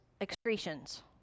excretions